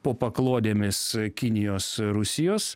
po paklodėmis kinijos rusijos